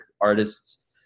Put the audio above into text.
artists